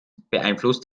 beeinflusst